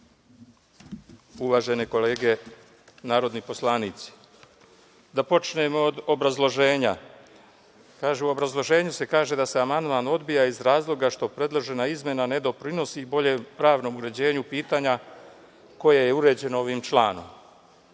uvažene kolege narodni poslanici, da počnem od obrazloženja.U obrazloženju se kaže da se amandman odbija iz razloga što predložena izmena ne doprinosi boljem pravnom uređenju pitanja koje je uređeno ovim članom.